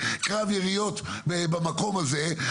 קרב יריות במקום הזה,